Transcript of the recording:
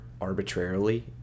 arbitrarily